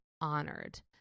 honored